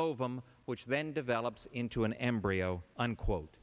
ovum which then develops into an embryo unquote